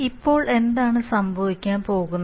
ഇപ്പോൾ എന്താണ് സംഭവിക്കാൻ പോകുന്നത്